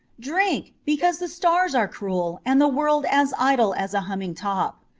drink, because the stars are cruel and the world as idle as a humming-top.